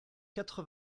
quatre